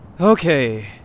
Okay